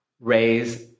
Raise